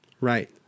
Right